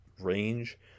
range